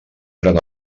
eren